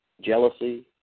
jealousy